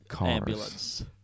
Ambulance